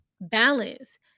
balance